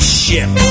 ship